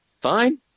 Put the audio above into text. Fine